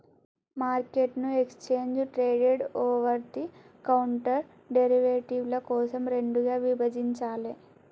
మార్కెట్ను exchange traded, over the counter డెరివేటివ్ల కోసం రెండుగా విభజించాలే